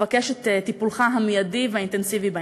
אבקש את טיפולך המיידי והאינטנסיבי בעניין.